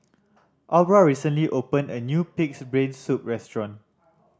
Aubra recently opened a new Pig's Brain Soup restaurant